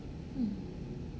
mm